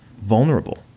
vulnerable